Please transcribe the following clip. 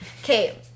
Okay